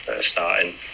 starting